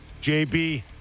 JB